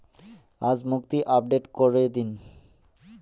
আজ মুক্তি আপডেট করে দিন